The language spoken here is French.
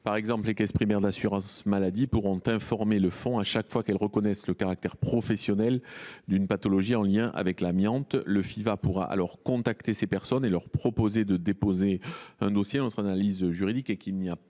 Ainsi, les caisses primaires d’assurance maladie pourront informer le fonds chaque fois qu’elles reconnaîtront le caractère professionnel d’une pathologie en lien avec l’amiante. Le Fiva pourra alors contacter les personnes concernées et leur proposer de déposer un dossier. Si l’objet de